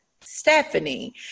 Stephanie